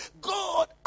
God